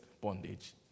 bondage